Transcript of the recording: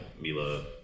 mila